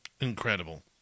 Incredible